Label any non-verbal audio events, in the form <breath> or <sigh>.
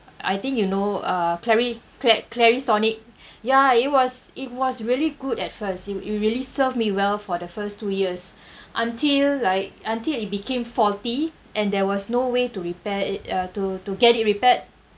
I think you know uh clari~ cla~ clarisonic ya it was it was really good at first it it really serve me well for the first two years <breath> until like until it became faulty and there was no way to repair it uh to to get it repaired